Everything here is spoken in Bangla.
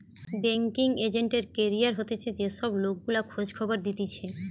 বেংকিঙ এজেন্ট এর ক্যারিয়ার হতিছে যে সব লোক গুলা খোঁজ খবর দিতেছে